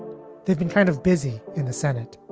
they've been kind of busy in the senate